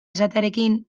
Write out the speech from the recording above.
esatearekin